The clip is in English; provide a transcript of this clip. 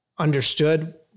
understood